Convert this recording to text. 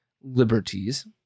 liberties